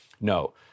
no